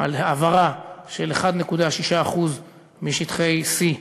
על העברה של 1.6% משטחי C